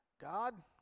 god